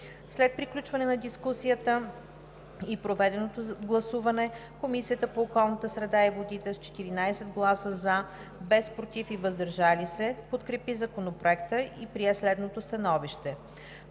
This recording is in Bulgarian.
След приключване на дискусията и проведеното гласуване Комисията по околната среда и водите с 14 гласа „за“, без „против“ и „въздържал се“ подкрепи Законопроекта и прие следното становище: